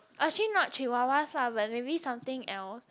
or actually not chihuahuas lah but maybe something else